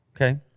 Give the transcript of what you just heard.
Okay